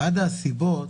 אחת הסיבות